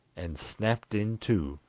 and snapped in two.